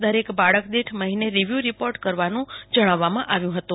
દરેક બાળક દીઠ મહિને રીવ્યુ રીપોર્ટ કરવાનું જણાવવામાં આવ્યું હતું